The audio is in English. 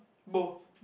both